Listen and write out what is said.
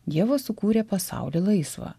dievas sukūrė pasaulį laisvą